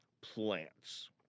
plants